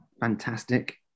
Fantastic